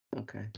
Okay